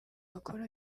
akora